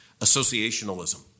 associationalism